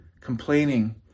complaining